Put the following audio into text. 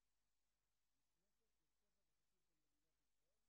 אני מניח שברשומות ממש בקרוב.